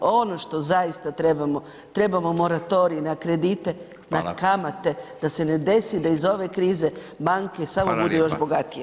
Ono što zaista trebamo, trebamo moratorij na kredite, na kamate da se ne desi da iz ove krize banke samo budu još bogatije.